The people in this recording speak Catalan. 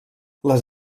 les